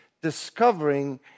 Discovering